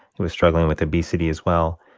he was struggling with obesity as well.